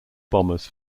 bombers